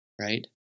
Right